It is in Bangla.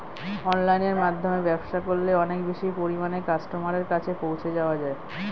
অনলাইনের মাধ্যমে ব্যবসা করলে অনেক বেশি পরিমাণে কাস্টমারের কাছে পৌঁছে যাওয়া যায়?